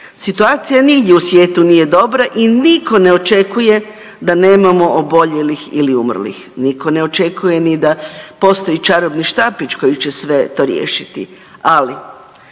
Situacija nigdje u svijetu nije dobra i nitko ne očekuje da nemamo oboljelih ili umrlih. Nitko ne očekuje nit da postoji čarobni štapić koji će sve to riješiti,